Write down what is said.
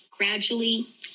gradually